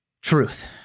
Truth